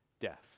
death